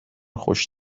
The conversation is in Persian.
خوش